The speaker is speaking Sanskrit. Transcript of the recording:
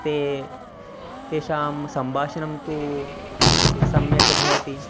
ते तेषां सम्भाषणं तु सम्यक् भवति